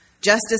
Justice